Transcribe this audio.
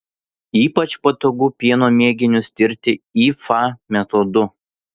ypač patogu pieno mėginius tirti ifa metodu